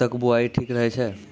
तक बुआई ठीक रहै छै